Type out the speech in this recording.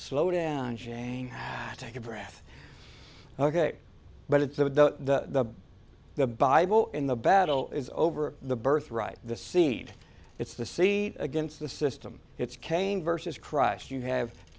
slow down ching take a breath ok but it's the the bible in the battle is over the birthright the seed it's the seat against the system it's cain versus christ you have